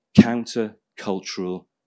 counter-cultural